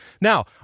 Now